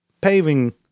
paving